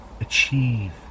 achieve